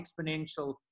exponential